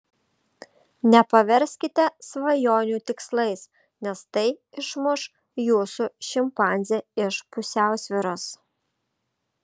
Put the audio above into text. nepaverskite svajonių tikslais nes tai išmuš jūsų šimpanzę iš pusiausvyros